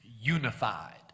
unified